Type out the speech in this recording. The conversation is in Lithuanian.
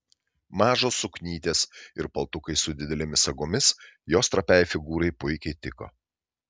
mažos suknytės ir paltukai su didelėmis sagomis jos trapiai figūrai puikiai tiko